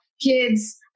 kids